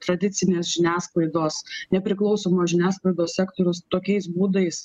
tradicinės žiniasklaidos nepriklausomos žiniasklaidos sektorius tokiais būdais